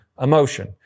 emotion